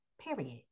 period